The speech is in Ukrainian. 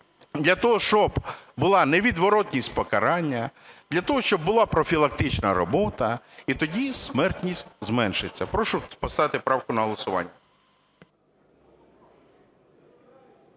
для того щоб була невідворотність покарання, для того щоб була профілактична робота, і тоді смертність зменшиться. Прошу поставити правку на голосування.